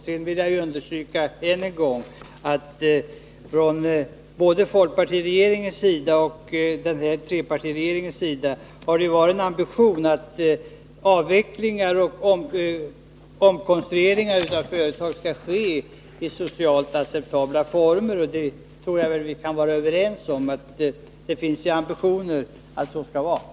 Jag vill än en gång understryka att det från både folkpartiregeringens och trepartiregeringens sida har funnits en ambition att avvecklingar och omstruktureringar av företag skall ske i socialt acceptabla former. Och jag tror att vi kan vara överens om att det också i detta fall finns sådana ambitioner.